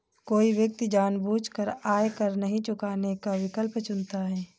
कोई व्यक्ति जानबूझकर आयकर नहीं चुकाने का विकल्प चुनता है